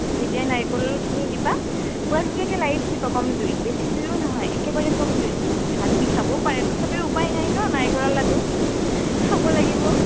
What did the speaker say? তেতিয়াই নাৰিকলখিনি দিবা পুৰা ধুনীয়াকে লাৰি থাকিবা কম জুইত বেছি জুয়ো নহয় একেবাৰে কম জুইত হাত বিষাবও পাৰে তথাপিও উপায় নাই ন' নাৰিকলৰ লাডু খাব লাগিব